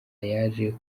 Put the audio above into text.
yaje